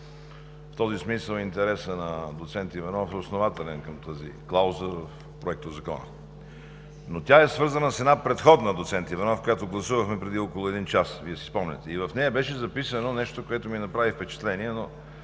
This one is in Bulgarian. В този смисъл интересът на доцент Иванов е основателен към тази клауза в Законопроекта, но тя е свързана с една предходна, доцент Иванов, която гласувахме преди около един час. Вие си спомняте, в нея беше записано нещо, което ми направи впечатление, но